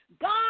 God